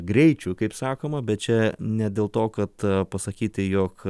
greičių kaip sakoma bet čia ne dėl to kad pasakyti jog